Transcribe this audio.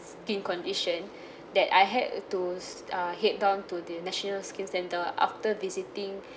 skin condition that I had to uh head down to the national skin centre after visiting